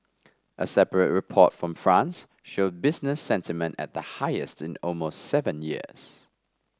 a separate report from France showed business sentiment at the highest in almost seven years